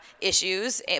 issues